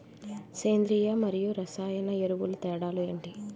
సేంద్రీయ మరియు రసాయన ఎరువుల తేడా లు ఏంటి?